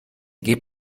geht